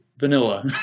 Vanilla